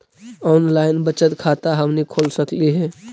Online बचत खाता हमनी खोल सकली हे?